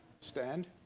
stand